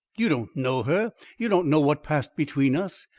you don't know her you don't know what passed between us.